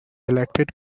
elected